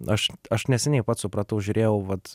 aš aš neseniai pats supratau žiūrėjau vat